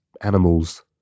animals